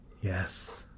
Yes